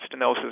stenosis